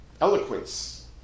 eloquence